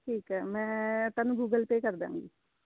ਠੀਕ ਹੈ ਮੈਂ ਤੁਹਾਨੂੰ ਗੂਗਲ ਪੇ ਕਰ ਦਾਂਗੀ